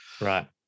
Right